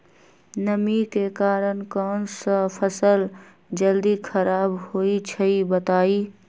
नमी के कारन कौन स फसल जल्दी खराब होई छई बताई?